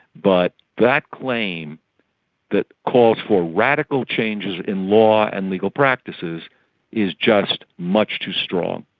but that claim that calls for radical changes in law and legal practices is just much too strong.